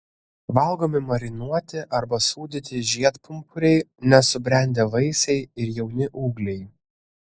valgomi marinuoti arba sūdyti žiedpumpuriai nesubrendę vaisiai ir jauni ūgliai